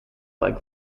like